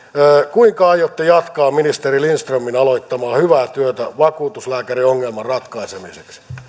kuinka aiotte jatkaa ministeri lindströmin aloittamaa hyvää työtä vakuutuslääkäriongelman ratkaisemiseksi